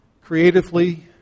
creatively